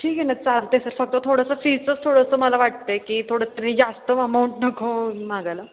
ठीक आहे ना चालतं आहे सर फक्त थोडंसं फीचंच थोडंसं मला वाटतं आहे की थोडं तुम्ही जास्त अमाऊंट नको मागायला